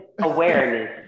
awareness